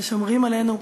ששומרים עלינו,